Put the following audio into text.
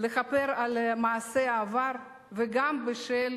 לכפר על מעשי העבר וגם בשל